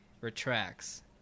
retracts